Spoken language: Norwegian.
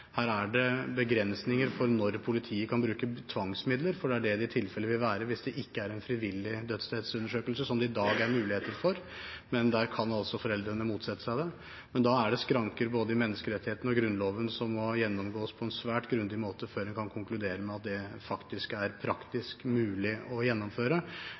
Her er det begrensninger for når politiet kan bruke tvangsmidler, for det er det det i tilfelle vil være hvis det ikke er en frivillig dødsstedsundersøkelse, som det i dag er mulighet for, men foreldrene kan altså motsette seg det. Men da er det skranker i både menneskerettighetene og Grunnloven som må gjennomgås på en svært grundig måte før en kan konkludere med at det faktisk er praktisk mulig å gjennomføre.